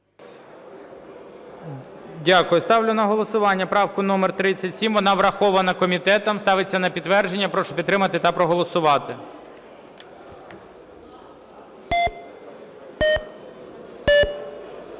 Дякую. Ставлю на голосування правку номер 37, вона врахована комітетом, ставиться на підтвердження. Прошу підтримати та проголосувати.